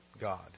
God